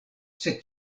sed